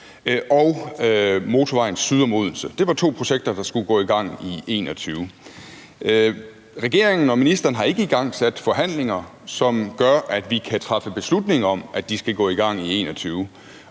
og motorvejen syd om Odense. Det var to projekter, der skulle gå i gang i 2021. Regeringen og ministeren har ikke igangsat forhandlinger, som gør, at vi kan træffe beslutning om, at de skal gå i gang i 2021,